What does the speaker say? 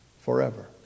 forever